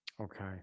Okay